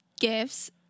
gifts